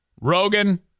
Rogan